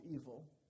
evil